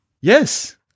Yes